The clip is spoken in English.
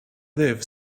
live